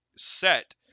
Set